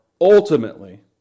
ultimately